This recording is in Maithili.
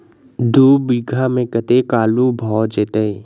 दु बीघा मे कतेक आलु भऽ जेतय?